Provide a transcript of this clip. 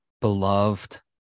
beloved